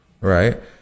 right